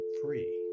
free